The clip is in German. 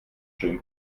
schönen